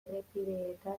errepideetan